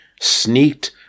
sneaked